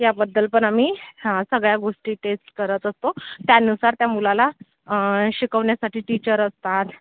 याबद्दल पण आम्ही ह्या सगळ्या गोष्टी टेस्ट करत असतो त्यानुसार त्या मुलाला शिकवण्यासाठी टीचर असतात